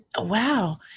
wow